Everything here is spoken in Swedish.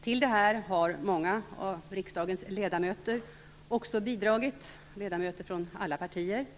Till det här har också många av riksdagens ledamöter från alla partier bidragit,